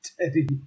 Teddy